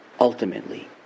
ultimately